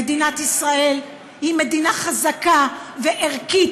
מדינת ישראל היא מדינה חזקה וערכית,